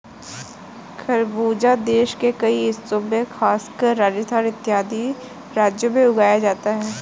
खरबूजा देश के कई हिस्सों में खासकर राजस्थान इत्यादि राज्यों में उगाया जाता है